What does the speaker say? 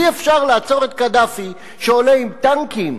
אי-אפשר לעצור את קדאפי, שעולה עם טנקים